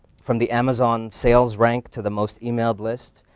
from the amazon sales rank to the most emailed list,